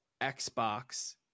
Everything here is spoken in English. Xbox